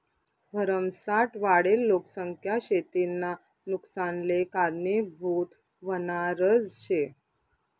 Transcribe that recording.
भरमसाठ वाढेल लोकसंख्या शेतीना नुकसानले कारनीभूत व्हनारज शे